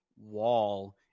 wall